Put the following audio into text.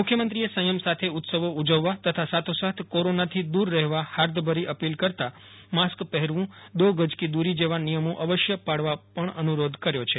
મુખ્યમંત્રીએ સંથમ સાથે ઉત્સવો ઉજવવા અને સાથો સાથ કોરોનાથી દુર રહેવા હાર્દભરી અપિલ કરતા માસ્ક પહેરવુ દો ગજ કી દુરી જેવા નિયમો અવશ્ય પાળવા પણ અનુ રોધ કર્યો છે